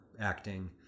acting